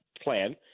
plan